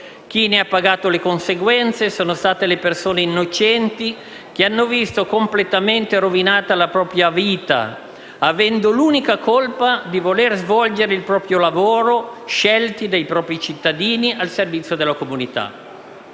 Chi ne ha pagato le conseguenze sono state persone innocenti che hanno visto completamente rovinata la propria vita avendo l'unica colpa di voler svolgere il proprio lavoro, scelti dai propri cittadini, al servizio della comunità.